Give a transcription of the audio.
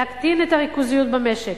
להקטין את הריכוזיות במשק,